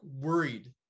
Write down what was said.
worried